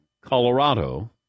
Colorado